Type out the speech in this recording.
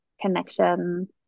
connection